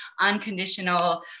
unconditional